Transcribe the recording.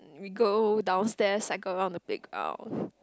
we go downstairs cycle round the playground